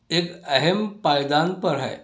ایک اہم پائدان پر ہے